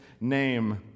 name